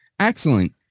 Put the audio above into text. excellent